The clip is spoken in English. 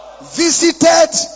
visited